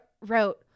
wrote